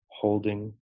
holding